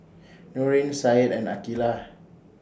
Nurin Said and Aqilah